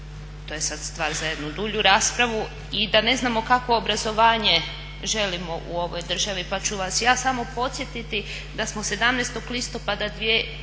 to je sada stvar za jednu dulju raspravu i da ne znamo kakvo obrazovanje želimo u ovoj državi. Pa ću vas ja samo podsjetiti da smo 17.listopada